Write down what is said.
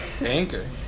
anchor